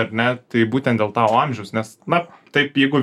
ar ne tai būtent dėl tavo amžiaus nes na taip jeigu